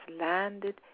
landed